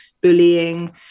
bullying